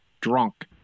drunk